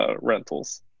rentals